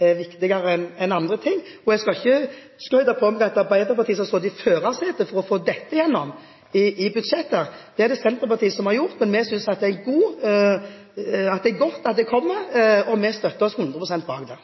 er viktigere enn andre ting. Jeg skal ikke skryte på meg at det er Arbeiderpartiet som har sittet i førersetet for å få dette gjennom i budsjettet. Det er det Senterpartiet som har gjort, men vi synes det er godt at det kommer, og vi stiller oss 100 pst. bak det.